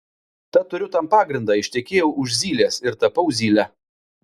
tad turiu tam pagrindą ištekėjau už zylės ir tapau zyle